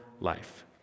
life